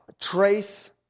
trace